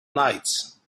lights